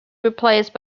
replaced